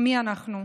מי אנחנו?